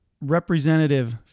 Representative